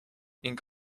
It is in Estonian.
ning